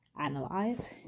analyze